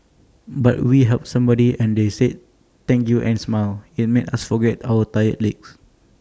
but we helped somebody and they said thank you and smiled IT made us forget our tired legs